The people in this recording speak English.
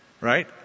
right